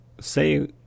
say